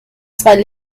zwei